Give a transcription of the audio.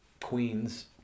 Queens